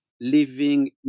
living